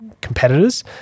competitors